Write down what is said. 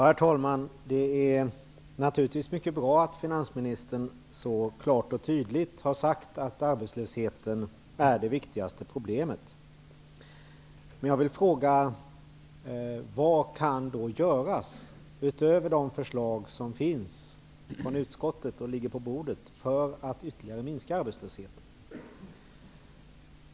Herr talman! Det är naturligtvis mycket bra att finansministern så klart och tydligt har sagt att arbetslösheten är det viktigaste problemet. Men jag vill fråga vad som kan göras, utöver utskottens förslag, som ligger på riksdagens bord, för att ytterligare minska arbetslösheten.